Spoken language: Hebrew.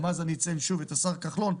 ואני אציין שוב את השר כחלון,